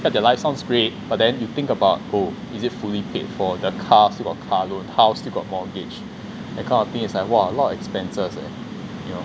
that their life sounds great but then you think about oh is it fully paid for the car still got car loan the house still got mortgage that kind of thing is like !wah! a lot of expenses eh you know